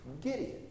Gideon